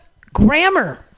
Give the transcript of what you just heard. Grammar